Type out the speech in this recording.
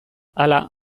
hala